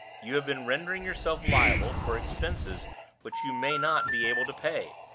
you have been rendering yourself liable for expenses which you may not be able to pay.